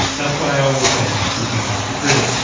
that's why i always say she's my best recruit.